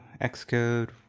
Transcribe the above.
Xcode